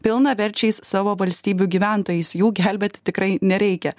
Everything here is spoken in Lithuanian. pilnaverčiais savo valstybių gyventojais jų gelbėti tikrai nereikia